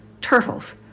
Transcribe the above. turtles